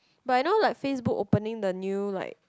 but now like Facebook opening the new like